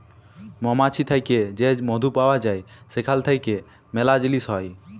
মমাছি থ্যাকে যে মধু পাউয়া যায় সেখাল থ্যাইকে ম্যালা জিলিস হ্যয়